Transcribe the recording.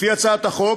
לפי הצעת החוק,